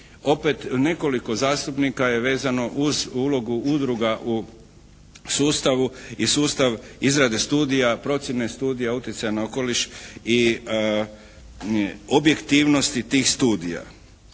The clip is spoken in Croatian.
opet nekoliko zastupnika je vezano uz ulogu udruga u sustavu i sustav izrade studija, procjene studija, utjecaja na okoliš i objektivnosti tih studija.